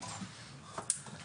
בטובכם,